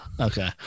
Okay